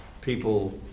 people